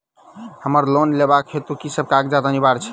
हमरा लोन लेबाक हेतु की सब कागजात अनिवार्य छैक?